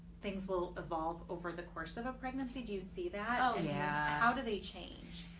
things will evolve over the course of a pregnancy? do you see that? ah yeah how do they change?